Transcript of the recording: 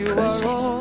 Process